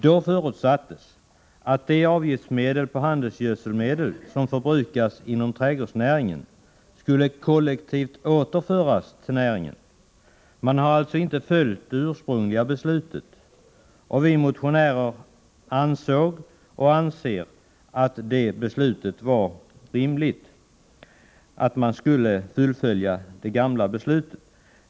Då förutsattes att de avgiftsmedel för handelsgödselmedel som förbrukades inom trädgårdsnäringen skulle återföras kollektivt till näringen. Man har alltså inte följt det ursprungliga beslutet. Vi motionärer ansåg och anser att det beslutet var rimligt och att det borde ha fullföljts.